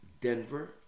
Denver